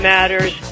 Matters